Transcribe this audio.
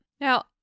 Now